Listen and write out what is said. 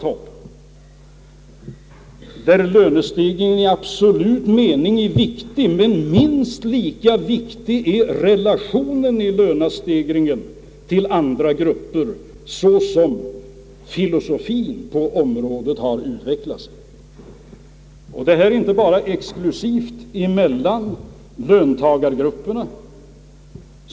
Vi vet ju att lönestegring i absolut mening är viktig, men minst lika viktig är relationen i lönestegring till andra grupper, så som filosofien på området har utvecklat sig. Det här är inte bara något exklusivt mellan löntagargrupperna.